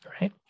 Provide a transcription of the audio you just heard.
right